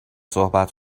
صحبت